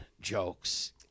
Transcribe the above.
jokes